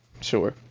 sure